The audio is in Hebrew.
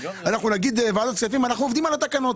אנחנו נגיד לוועדת הכספים שאנחנו עובדים על התקנות.